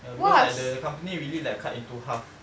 err because like the err company really like cut into half